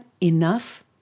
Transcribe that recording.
enough